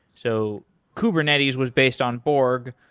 so kubernetes was based on borg.